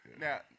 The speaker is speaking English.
Now